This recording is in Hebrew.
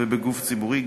ובגוף ציבורי,